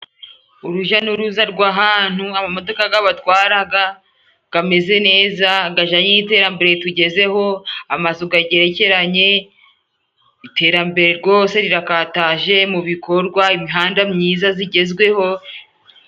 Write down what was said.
Uruja n'uruza rw'ahantu amamodoka gabatwaraga gameze neza, gajanye n'iterambere tugezeho, amazu gagerekeranye. Iterambere rwose rirakataje mu bikorwa, imihanda myiza zigezweho.